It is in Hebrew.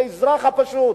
לאזרח הפשוט.